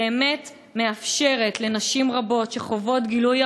ובאמת מאפשרת לנשים רבות שחוות גילוי